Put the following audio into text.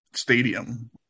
stadium